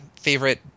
favorite